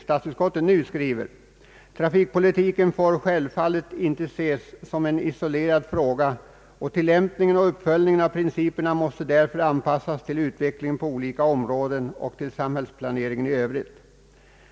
Statsutskottet skriver nu: »Trafikpolitiken får självfallet inte ses som en isolerad fråga och tillämpningen och uppföljningen av principerna måste därför anpassas till utvecklingen på olika områden och till samhällsplaneringen i övrigt.